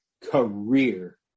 career